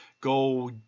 go